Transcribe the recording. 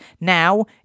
Now